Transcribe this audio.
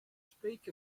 speak